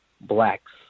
blacks